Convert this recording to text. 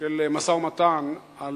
של משא-ומתן על